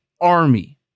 Army